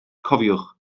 cofiwch